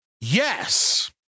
Yes